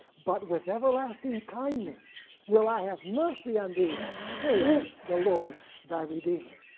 but with everlasting kindness will i have mercy on thee, saith the lord thy redeemer.